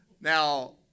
Now